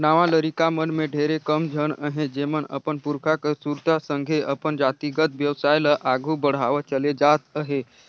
नावा लरिका मन में ढेरे कम झन अहें जेमन अपन पुरखा कर सुरता संघे अपन जातिगत बेवसाय ल आघु बढ़ावत चले जात अहें